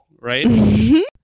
right